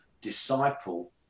disciple